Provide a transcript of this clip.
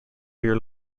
year